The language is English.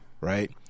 right